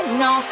no